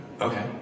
Okay